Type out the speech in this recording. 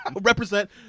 Represent